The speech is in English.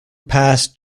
passed